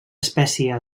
espècie